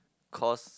cause